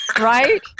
right